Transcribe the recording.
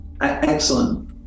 excellent